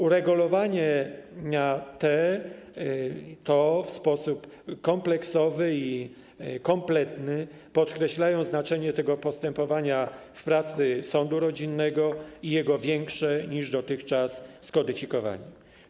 Uregulowania te w sposób kompleksowy i kompletny podkreślają znaczenie tego postępowania w pracy sądu rodzinnego i jego większe niż dotychczas skodyfikowanie.